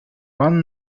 pan